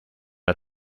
are